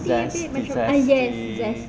zesty zesty